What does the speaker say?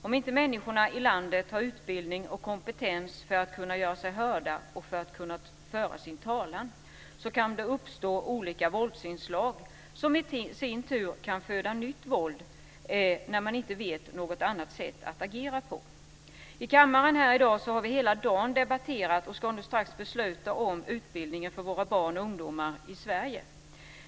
Om inte människorna i landet har utbildning och kompetens för att kunna göra sig hörda och föra sin talan kan det uppstå olika våldsinslag som i sin tur kan föda nytt våld, när man inte vet något annat sätt att agera på. Här i kammaren har vi hela dagen debatterat och ska nu strax fatta beslut om utbildningen för våra barn och ungdomar i Sverige.